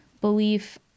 belief